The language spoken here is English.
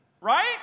right